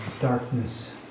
darkness